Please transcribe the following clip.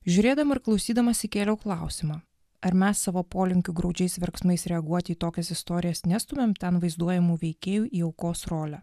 žiūrėdama ar klausydamasi kėliau klausimą ar mes savo polinkiu graudžiais verksmais reaguoti į tokias istorijas nestumiame tam vaizduojamų veikėjų į aukos rolę